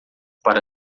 para